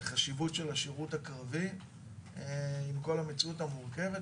על חשיבות השירות הקרבי עם כל המציאות המורכבת,